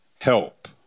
help